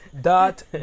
dot